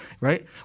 right